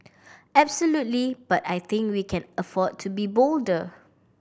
absolutely but I think we can afford to be bolder